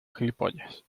gilipollas